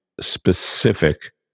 specific